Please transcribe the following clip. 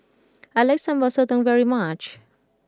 I like Sambal Sotong very much